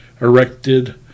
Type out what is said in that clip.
erected